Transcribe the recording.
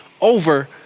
over